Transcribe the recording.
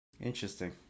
interesting